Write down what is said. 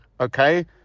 Okay